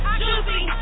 juicy